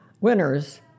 winners